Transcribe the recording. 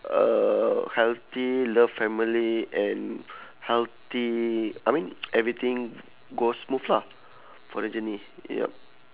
a healthy love family and healthy I mean everything go smooth lah for the journey yup